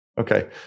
Okay